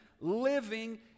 living